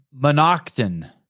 Monocton